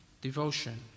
Devotion